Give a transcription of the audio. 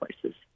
places